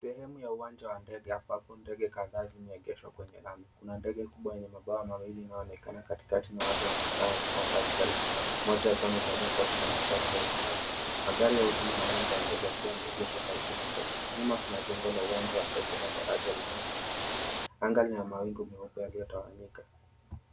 Shehemu ya uwanja wa ndege ambapo ndege kadhaa zimeegeshwa kwenye lami. Kuna ndege kubwa yenye mabawa mawili inayoonekana katikati na watu wamekaa kufanya kazi karibu nayo, mmoja akiwa amevalia koti la manjano la usalama. Magari ya huduma ya uwanja wa ndege yakiwa yameengeshwa karibu na ndege. Nyuma kuna jengo la daraja la kipekee na uwanja unaoonekana. Anga lina mawingu meupe yaliyotawanyika.